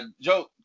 Joe